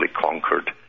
conquered